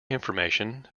information